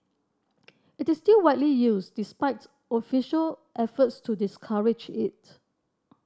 it is still widely used despite official efforts to discourage it